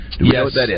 Yes